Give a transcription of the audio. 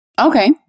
Okay